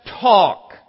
talk